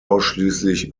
ausschließlich